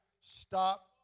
Stop